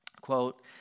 quote